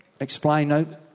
explain